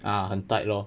ah tight lor